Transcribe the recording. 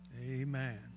Amen